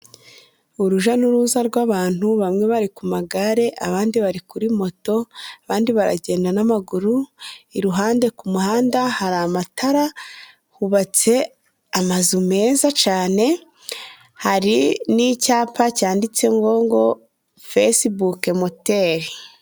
Uruja n'uruza rw'abantu bamwe bari ku magare abandi bari kuri moto abandi baragenda n'amaguru iruhande ku muhanda hari amatara hubatse amazu meza cane hari n'icyapa cyanditse ngo ngo fesibuke moteli.